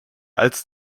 als